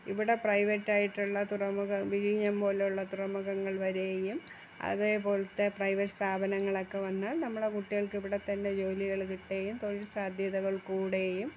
ഇവിടെ പ്രൈവറ്റായിട്ടുള്ള തുറമുഖം വിഴിഞ്ഞം പോലെയുള്ള തുറമുഖങ്ങൾ വരെയും അതേപോലത്തെ പ്രൈവറ്റ് സ്ഥാപനങ്ങളൊക്കെ വന്നാൽ നമ്മുടെ കുട്ടികൾക്ക് ഇവിടെ തന്നെ ജോലികൾ കിട്ടുകയും തൊഴിൽ സാധ്യതകൾ കൂടുകയും